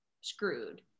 screwed